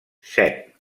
set